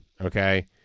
Okay